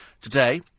today